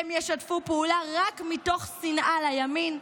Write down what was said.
הם ישתפו פעולה רק מתוך שנאה לימין,